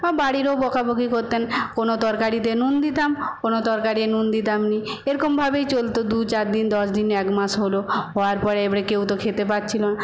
বা বাড়িরও বকা বকি করতেন কোন তরকারিতে নুন দিতাম কোন তরকারি নুন দিতাম না এরকমভাবেই চলতো দুচারদিন দশদিনে এক মাস হল হওয়ার পরে এবারে কেউ তো খেতে পারছিল না